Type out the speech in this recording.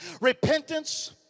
repentance